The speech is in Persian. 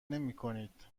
نمیکنید